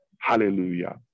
Hallelujah